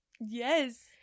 Yes